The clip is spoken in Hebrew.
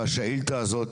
השאילתה הזו,